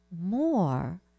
more